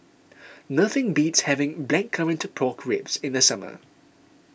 nothing beats having Blackcurrant Pork Ribs in the summer